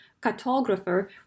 cartographer